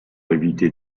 éviter